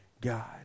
God